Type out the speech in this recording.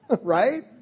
right